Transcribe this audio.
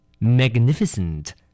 Magnificent